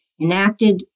enacted